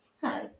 Hi